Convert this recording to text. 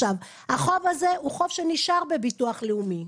החוב הזה הוא חוב שנשאר בביטוח לאומי.